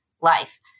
life